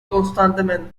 constantemente